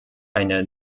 eine